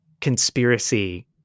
conspiracy